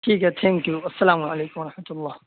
ٹھیک ہے thank you السلام علیم ورحمۃ اللہ